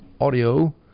audio